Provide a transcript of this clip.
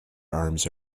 arms